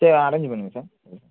சரி அரேஞ்சு பண்ணுங்கள் சார் ம்